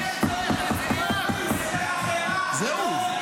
כהניסט --- שמענו אותך,